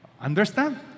Understand